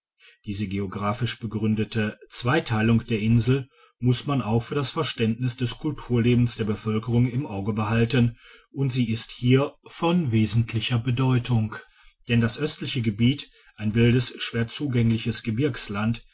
diese geographisch begründete zweiteilung der insel muss man auch für das verständniss des kulturlebens der bevölkerung im auge behalten und sie ist hier von wesentlicher bedeutung denn das östliche gebiet ein wildes schwer zugängliches gebirgsland